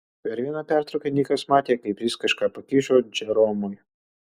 per vieną pertrauką nikas matė kaip jis kažką pakišo džeromui